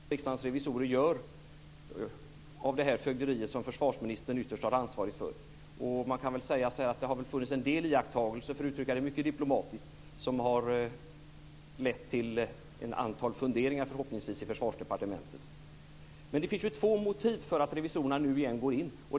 Herr talman! I går beslöt Riksdagens revisorer att granska utförsäljningen av materiel. Det är inte den första studien som Riksdagens revisorer gör av det fögderi som försvarsministern har det yttersta ansvaret för. Det har väl funnits en del iakttagelser - för att uttrycka det mycket diplomatiskt - som har lett till, förhoppningsvis, ett antal funderingar i Försvarsdepartementet. Det finns två motiv för att revisorerna återigen gör detta.